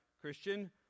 Christian